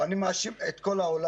אני מאשים את כל העולם,